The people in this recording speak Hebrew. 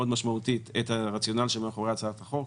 משמעותית את הרציונל מאחורי הצעת החוק.